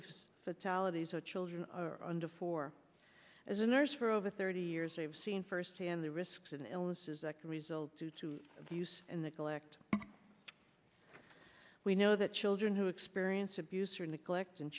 the fatalities are children under four as a nurse for over thirty years i have seen firsthand the risks and illnesses that can result due to abuse and neglect we know that children who experience abuse or neglect and